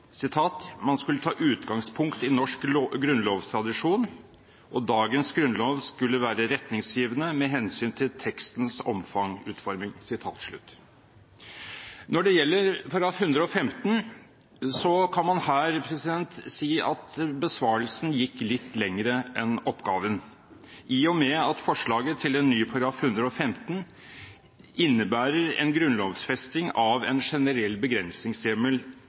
man skulle «ta utgangspunkt i norsk grunnlovstradisjon», og at dagens grunnlov skulle «være retningsgivende med hensyn til tekstens omfang, utforming». Når det gjelder § 115, kan man her si at besvarelsen gikk litt lenger enn oppgaven, i og med at forslaget til en ny § 115 innebærer en grunnlovfesting av en generell begrensningshjemmel